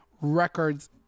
records